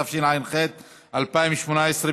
התשע"ח 2018,